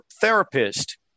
therapist